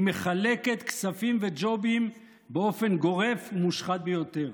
היא מחלקת כספים וג'ובים באופן גורף ומושחת ביותר.